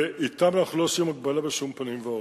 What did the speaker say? ואתם אנחנו לא עושים הגבלה בשום פנים ואופן,